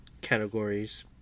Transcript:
categories